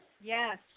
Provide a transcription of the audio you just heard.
yes